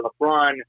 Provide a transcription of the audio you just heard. LeBron